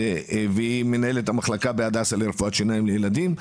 והיא מנהלת המחלקה ב"הדסה" לרפואת ילדים.